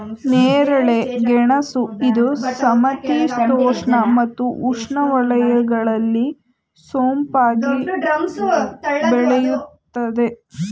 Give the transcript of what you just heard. ನೇರಳೆ ಗೆಣಸು ಇದು ಸಮಶೀತೋಷ್ಣ ಮತ್ತು ಉಷ್ಣವಲಯಗಳಲ್ಲಿ ಸೊಂಪಾಗಿ ಬೆಳೆಯುತ್ತದೆ